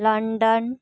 London